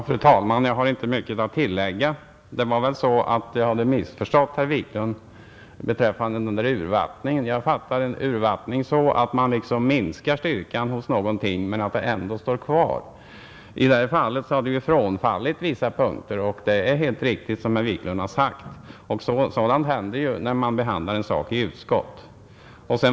Fru talman! Jag har inte mycket att tillägga. Det var väl så att jag hade missförstått herr Wiklund beträffande ordet urvattning. Jag fattar ordet urvattning så, att man minskar styrkan hos någonting, som ändå finns kvar, I det här fallet har vi frångått vissa punkter — det är helt riktigt som herr Wiklund har sagt. Sådant händer ju när man behandlar ett ärende i utskott.